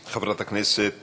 חברת הכנסת